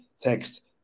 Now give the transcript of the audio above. text